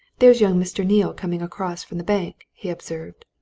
there's young mr. neale coming across from the bank, he observed.